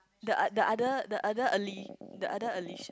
the the other the other ali~ the other Alica